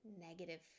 negative